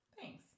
thanks